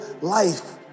life